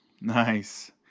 Nice